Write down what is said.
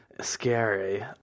scary